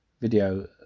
video